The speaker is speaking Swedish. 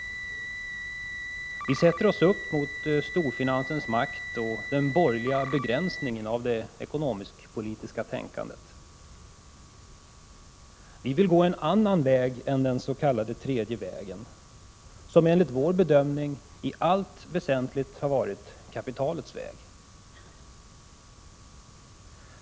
Vi sätter oss upp mot storfinansens makt och den borgerliga begränsningen av det ekonomisk-politiska tänkandet. Vi vill gå en annan väg än den s.k. tredje vägen, som enligt vår bedömning i allt väsentligt har varit kapitalets väg.